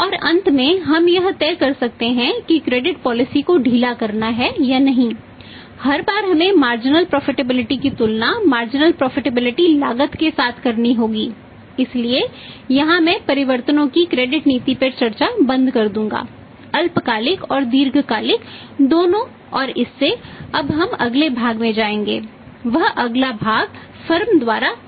और अंत में हम यह तय कर सकते हैं कि क्रेडिट नीति तय कर रहा है